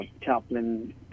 chaplain